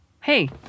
Hey